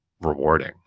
rewarding